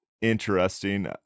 interesting